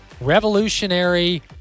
revolutionary